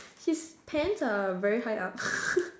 his pants are very high up